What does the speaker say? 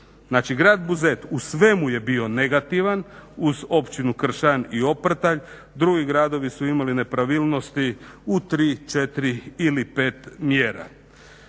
grad Buzet u svemu je bio negativan uz općinu Kršan i Oprtalj, drugi gradovi su imali nepravilnosti u 3, 4 ili 5 mjera.